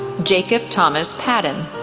jacob thomas padden,